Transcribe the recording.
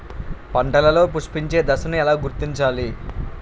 పంటలలో పుష్పించే దశను ఎలా గుర్తించాలి?